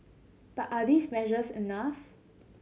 but are these measures enough